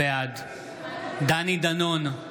בעד דני דנון,